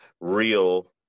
real